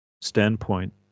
standpoint